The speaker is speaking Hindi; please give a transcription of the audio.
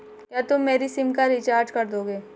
क्या तुम मेरी सिम का रिचार्ज कर दोगे?